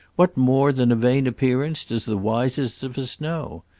what more than a vain appearance does the wisest of us know?